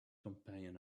companion